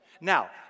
Now